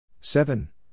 Seven